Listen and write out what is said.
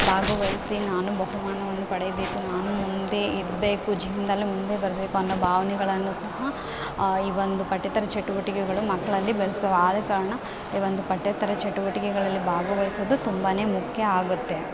ಭಾಗವಹಿಸಿ ನಾನು ಬಹುಮಾನವನ್ನು ಪಡೆಯಬೇಕು ನಾನೂ ಮುಂದೆ ಇರಬೇಕು ಜೀವನ್ದಲ್ಲಿ ಮುಂದೆ ಬರಬೇಕು ಅನ್ನೋ ಭಾವನೆಗಳನ್ನು ಸಹ ಈ ಒಂದು ಪಠ್ಯೇತರ ಚಟುವಟಿಕೆಗಳು ಮಕ್ಕಳಲ್ಲಿ ಬೆಳೆಸ್ತವೆ ಆದ ಕಾರಣ ಈ ಒಂದು ಪಠ್ಯೇತರ ಚಟುವಟಿಕೆಗಳಲ್ಲಿ ಭಾಗವಹಿಸೋದು ತುಂಬಾ ಮುಖ್ಯ ಆಗುತ್ತೆ